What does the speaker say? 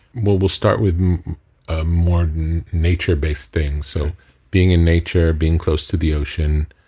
we'll we'll start with ah more nature-based thing. so being in nature, being close to the ocean,